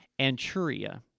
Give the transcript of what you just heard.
Anchuria